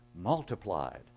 Multiplied